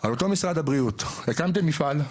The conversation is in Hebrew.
על אותו משרד הבריאות, הקמתם מפעל,